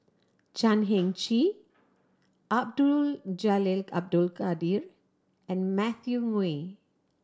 Chan Heng Chee Abdul Jalil Abdul Kadir and Matthew Ngui